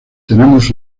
tenemos